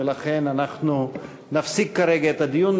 ולכן אנחנו נפסיק כרגע את הדיון.